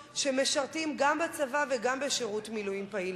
שמשרתים גם בצבא וגם בשירות מילואים פעיל,